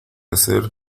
hacer